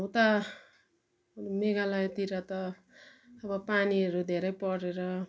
उता मेघालयतिर त अब पानीहरू धेरै परेर